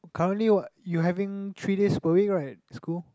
currently what you having three days per week right school